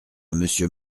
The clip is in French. monsieur